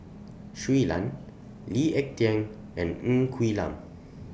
Shui Lan Lee Ek Tieng and Ng Quee Lam